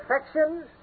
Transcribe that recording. affections